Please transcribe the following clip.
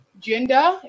gender